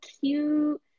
cute